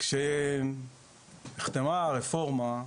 שכאשר נחתמה הרפורמה,